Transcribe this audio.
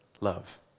love